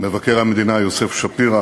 מבקר המדינה יוסף שפירא,